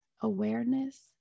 awareness